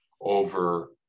over